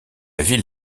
ville